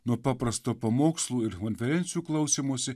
nuo paprasto pamokslų ir konferencijų klausymosi